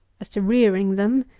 as to rearing them,